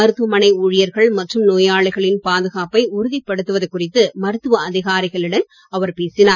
மருத்துவமனை ஊழியர்கள் மற்றும் நோயாளிகளின் பாதுகாப்பை உறுதிப்படுத்துவது குறித்து மருத்துவ அதிகாரிகளுடன் அவர் பேசினார்